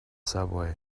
subway